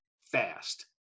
fast